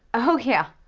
oh yeah,